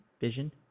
Vision